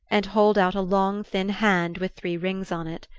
and hold out a long thin hand with three rings on it.